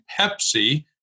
Pepsi